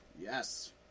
Yes